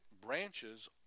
branches